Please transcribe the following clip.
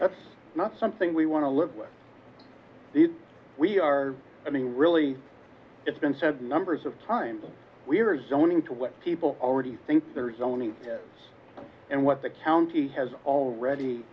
that's not something we want to live with these we are i mean really it's been said numbers of times we're examining to what people already think there is only and what the county has already